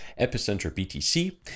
epicenterbtc